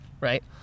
right